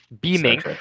beaming